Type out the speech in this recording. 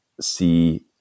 see